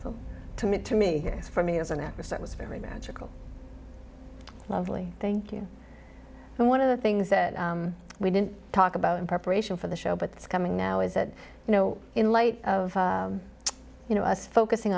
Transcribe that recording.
so to me to me is for me as an actress that was very magical lovely thank you and one of the things that we didn't talk about in preparation for the show but it's coming now is that you know in light of you know us focusing